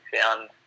found